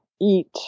eat